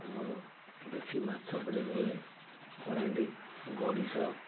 ଆମର ବେଶୀ ମାଛ ଉପରେ ରୁହେ କରାଣ୍ଡି ଗଡ଼ିଶ